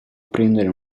prendere